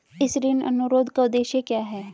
इस ऋण अनुरोध का उद्देश्य क्या है?